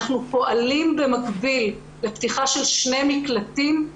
אנחנו פועלים במקביל לפתיחה של שני מקלטים.